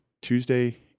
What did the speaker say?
Tuesday